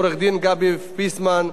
עורך-דין גבי פיסמן,